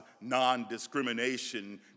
non-discrimination